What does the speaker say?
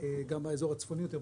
גם באזור הצפוני יותר,